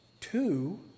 Two